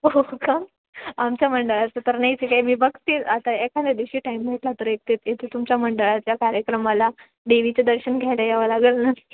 हो का आमच्या मंडळाचं तर नाहीच काय मी बघतेच आता एखाद्या दिवशी टाईम भेटला तर एक ते येते तुमच्या मंडळाच्या कार्यक्रमाला देवीचे दर्शन घ्यायला यावं लागेल ना